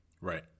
Right